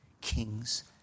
kings